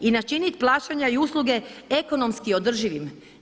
I načinit plaćanja i usluge ekonomski održivim.